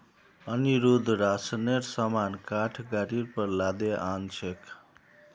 अनिरुद्ध राशनेर सामान काठ गाड़ीर पर लादे आ न छेक